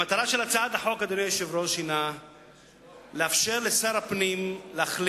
המטרה של הצעת החוק היא לאפשר לשר הפנים להחליט